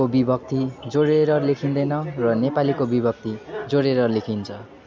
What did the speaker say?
को विभक्ति जोडेर लेखिँदैन र नेपालीको विभक्ति जोडेर लेखिन्छ